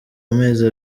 amezi